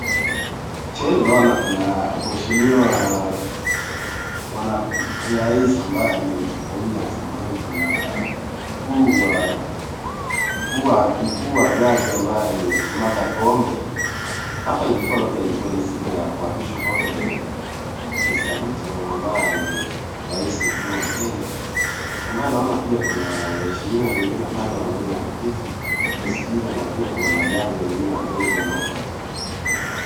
Picha hili naona kuna mheshimwa mwana ni rais ambaye ni Doctor William Samoei Ruto, na mkuu wa jaji ambaye ni Martha Koome. Hapa ilikua labda ilikua ile siku ya kuapishwa kwake Mr Ruto ambaye ni rais mkuu wa Kenya, ambaye naona pia kuna waheshimiwa wengine pale wameweza wakaketi, kuskiza na pia kuna majaji wengine wadogo wanaofuata Martha Koome.